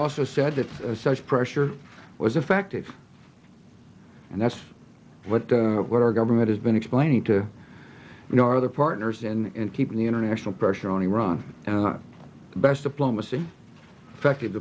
also said that such pressure was effective and that's what what our government has been explaining to your other partners in keeping the international pressure on iran the best diplomacy effective